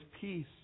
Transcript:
peace